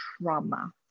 trauma